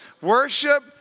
Worship